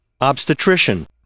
Obstetrician